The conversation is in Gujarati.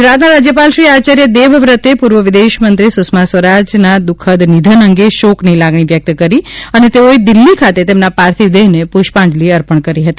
ગુજરાતના રાજ્યપાલ શ્રી આચાર્ય દેવવ્રતે પૂર્વ વિદેશમંત્રી સુષ્મા સ્વરાજ દુઃખદ નિધન અંગે શોકની લાગણી વ્યક્ત કરી અને તેઓએ દિલ્હી ખાતે તેમના પાર્થિવ દેહને પુષ્પાંજલિ અર્પણ કરી હતી